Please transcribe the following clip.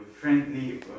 friendly